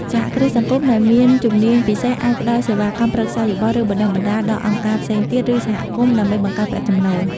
សហគ្រាសសង្គមដែលមានជំនាញពិសេសអាចផ្តល់សេវាកម្មប្រឹក្សាយោបល់ ឬបណ្តុះបណ្តាលដល់អង្គការផ្សេងទៀត ឬសហគមន៍ ដើម្បីបង្កើតប្រាក់ចំណូល។